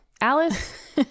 Alice